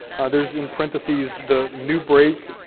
there's in parentheses, the new brake,